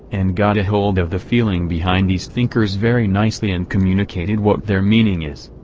and got ahold of the feeling behind these thinkers very nicely and communicated what their meaning is.